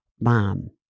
mom